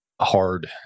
hard